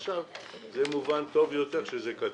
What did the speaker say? זה מובן טוב יותר כשזה כתוב,